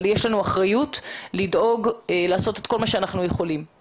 יש לנו אחריות לעשות את כל מה שאנחנו יכולים כדי שלא יקרו.